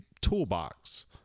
toolbox